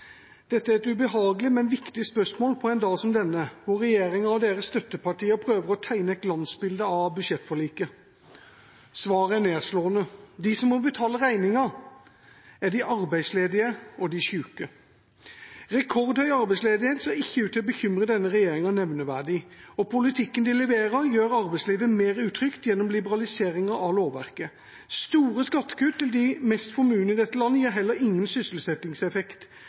Dette er et ubehagelig, men viktig spørsmål på en dag som denne, hvor regjeringa og dens støttepartier prøver å tegne et glansbilde av budsjettforliket. Svaret er nedslående. De som må betale regningen, er de arbeidsledige og de syke. Rekordhøy arbeidsledighet ser ikke ut til å bekymre denne regjeringa nevneverdig, og politikken de leverer, gjør arbeidslivet mer utrygt, gjennom liberaliseringen av lovverket. Store skattekutt til de mest formuende i dette landet gir heller ingen sysselsettingseffekt.